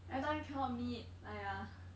everytime cannot meet !aiya!